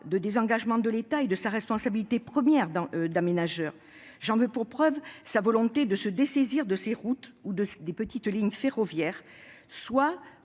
le désengagement de l'État de sa responsabilité première d'aménageur. J'en veux pour preuve la volonté de l'exécutif de se dessaisir des routes ou des petites lignes ferroviaires,